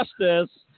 justice